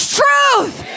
truth